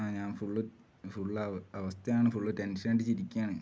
ആ ഞാൻ ഫുൾ ഫു അവസ്ഥയാണ് ഫുൾ ടെൻഷൻ അടിച്ചിരിക്കുകയാണ്